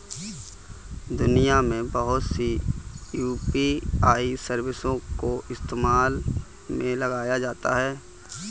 दुनिया में बहुत सी यू.पी.आई सर्विसों को इस्तेमाल में लाया जाता है